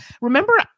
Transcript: Remember